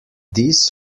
this